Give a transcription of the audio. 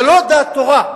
זה לא דעת תורה,